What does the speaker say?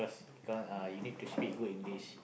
come uh you need to speak good English